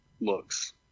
looks